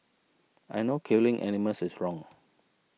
I know killing animals is wrong